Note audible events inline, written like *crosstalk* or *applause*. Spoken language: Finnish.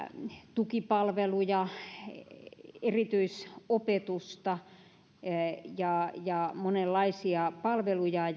tukipalveluja erityisopetusta ja ja monenlaisia palveluja *unintelligible*